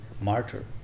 martyr